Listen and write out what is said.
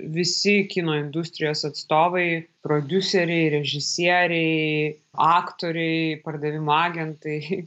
visi kino industrijos atstovai prodiuseriai režisieriai aktoriai pardavimo agentai